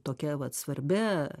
tokia vat svarbia